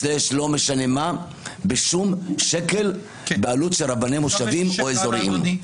לא משנה מה בשום שקל בעלות של רבני מושבים או אזוריים.